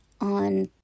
on